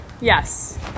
Yes